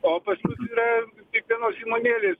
o pas mus yra kiekvienos įmonėlės